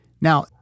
now